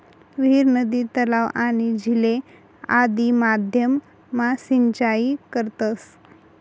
विहीर, नदी, तलाव, आणि झीले आदि माध्यम मा सिंचाई करतस